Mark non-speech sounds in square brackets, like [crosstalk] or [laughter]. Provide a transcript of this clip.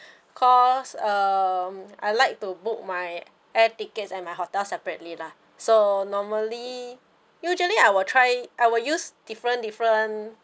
[breath] because um I like to book my air tickets and my hotel separately lah so normally usually I will try I will use different different